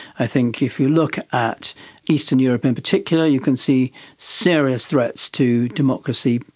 i think if you look at eastern europe in particular you can see serious threats to democracy,